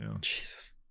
Jesus